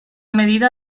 medida